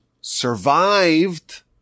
survived